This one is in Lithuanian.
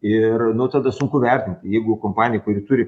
ir nu tada sunku vertinti jeigu kompanija kuri turi